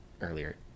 earlier